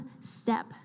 step